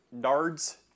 Nards